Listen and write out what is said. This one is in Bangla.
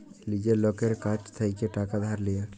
লীজের লকের কাছ থ্যাইকে টাকা ধার লিয়া